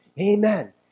amen